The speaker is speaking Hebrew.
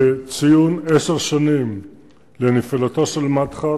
בציון עשר שנים לנפילתו של מדחת,